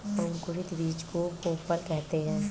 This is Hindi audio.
अंकुरित बीज को कोपल कहते हैं